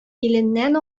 иленнән